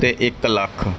ਅਤੇ ਇਕ ਲੱਖ